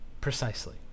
Precisely